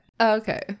okay